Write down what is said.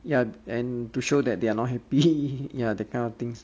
ya and to show that they are not happy ya that kind of things